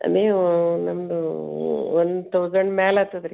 ನೀವು ನಮ್ಮದು one thousand ಮ್ಯಾಲೆ ಆಗ್ತದೆ ರೀ